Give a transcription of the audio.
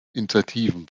initiativen